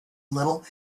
little